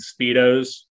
speedos